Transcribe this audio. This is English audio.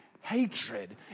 hatred